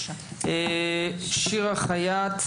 שירה חייט,